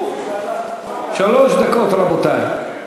שלוש דקות, רבותי.